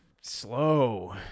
slow